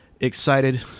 excited